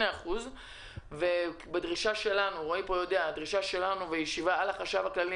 מתחילת הקורונה דרשנו מהחשב הכללי